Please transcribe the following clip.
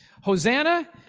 Hosanna